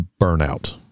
burnout